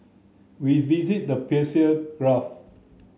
we visit the Persian Gulf